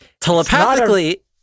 Telepathically